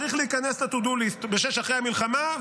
צריך להיכנס ל-to do list בשש אחרי המלחמה,